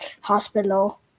hospital